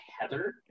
Heather